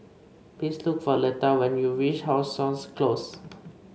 please look for Leta when you reach How Sun Close